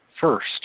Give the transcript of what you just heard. first